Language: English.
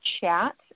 chat